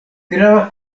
grava